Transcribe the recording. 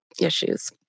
issues